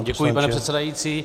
Děkuji, pane předsedající.